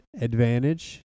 advantage